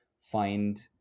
find